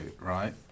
right